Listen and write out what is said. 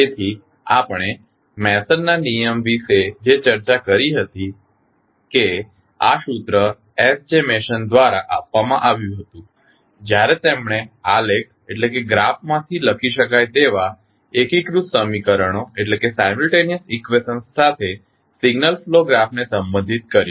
તેથી આપણે મેસનના નિયમ Mason's rule વિશે જે ચર્ચા કરી હતી કે આ સૂત્ર એસ જે મેસન દ્વારા આપવામાં આવ્યુ હતું જ્યારે તેમણે આલેખ માંથી લખી શકાય તેવા એકીકૃત સમીકરણો સાથે સિગ્નલ ફ્લો ગ્રાફને સંબંધિત કર્યો